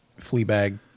Fleabag